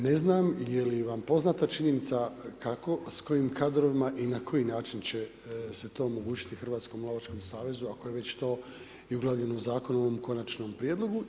Ne znam je li vam poznata činjenica kako, s kojim kadrovima i na koji način će se to omogućiti Hrvatskom lovačkom savezu ako je već to i uglavljeno u zakonu u ovom Konačnom prijedlogu.